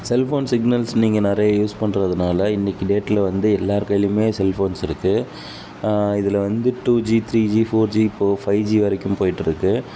cellphones signals நீங்கள் நிறைய use பண்றதுனால இன்னிக்கு டேட்டில் வந்து எல்லார் கைலியுமே செல்ஃபோன்ஸ் இருக்குது இதில் வந்து two G three G four G இப்போ ஃபை ஜி வரைக்கும் போயிட்டு இருக்குது